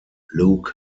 luke